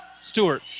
Stewart